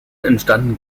entstanden